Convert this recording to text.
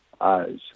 eyes